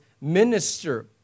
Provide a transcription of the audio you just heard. minister